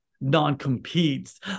non-competes